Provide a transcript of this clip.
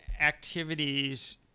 activities